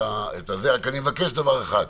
אני רק מבקש דבר אחד: